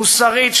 מוסרית,